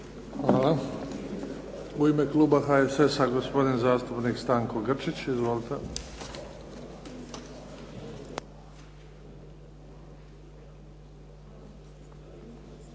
Hvala. U ime kluba HSS-a, gospodin zastupnik Stanko Grčić. Izvolite.